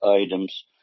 items